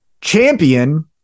champion